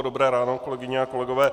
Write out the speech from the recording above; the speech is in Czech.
Dobré ráno, kolegyně a kolegové.